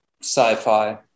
sci-fi